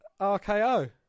RKO